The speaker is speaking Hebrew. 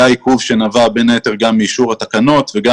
היה עיכוב שנבע בין היתר גם מאישור התקנות וגם